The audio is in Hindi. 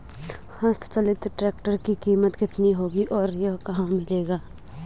हस्त चलित ट्रैक्टर की कीमत कितनी होगी और यह कहाँ मिलेगा?